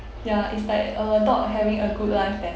ya is like uh dog having a good life than